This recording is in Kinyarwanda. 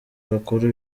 bakuru